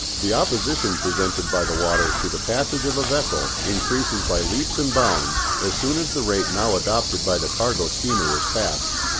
the opposition presented by the water to the passage of a vessel increases by leaps and bounds as soon as the rate now adopted by the cargo steamer is passed,